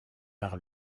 par